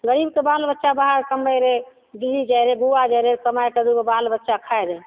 गरीबके बाल बच्चा बाहर कमबय रहय दिल्ली जाइ रहय गोवा जाइ रहय कमा कऽ दू गो बाल बच्चा खाइ रहय